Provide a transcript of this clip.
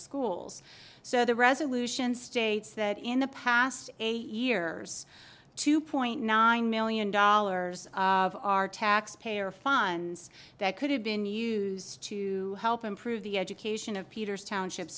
schools so the resolution states that in the past eight years two point nine million dollars of our taxpayer funds that could have been used to help improve the education of peter's township